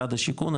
במשרד השיכון,